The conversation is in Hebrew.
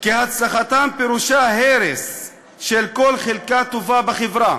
כי הצלחתם פירושה הרס של כל חלקה טובה בחברה.